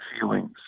feelings